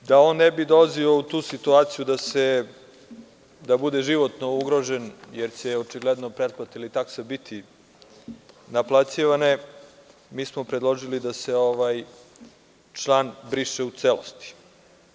I, da on ne bi dolazio u tu situaciji da bude životno ugrožen, jer će očigledno pretplata ili taksa biti naplaćivana, mi smo predložili da se ovaj član briše u celosti.